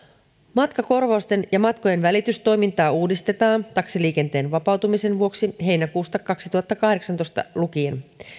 matkakorvausten ja matkojen välitystoimintaa uudistetaan taksiliikenteen vapautumisen vuoksi heinäkuusta kaksituhattakahdeksantoista lukien